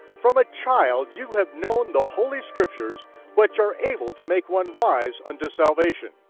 from a child you have known the holy scriptures but you're able to make one wise unto salvation.